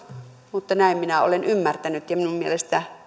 mutta näin minä olen ymmärtänyt ja minun mielestäni